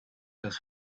das